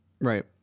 Right